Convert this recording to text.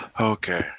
Okay